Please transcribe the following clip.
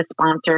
sponsor